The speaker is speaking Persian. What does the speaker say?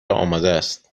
آمادست